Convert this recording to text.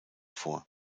vor